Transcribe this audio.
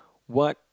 what